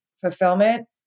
fulfillment